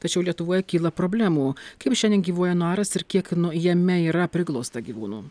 tačiau lietuvoje kyla problemų kaip šiandien gyvuoja nuaras ir kiek nu jame yra priglausta gyvūnų